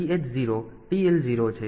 તેથી આ TH 0 TL 0 છે